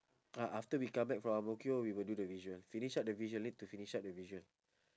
ah after we come back from ang mo kio we will do the visual finish up the visual need to finish up the visual